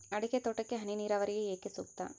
ಅಡಿಕೆ ತೋಟಕ್ಕೆ ಹನಿ ನೇರಾವರಿಯೇ ಏಕೆ ಸೂಕ್ತ?